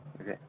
okay